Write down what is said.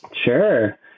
Sure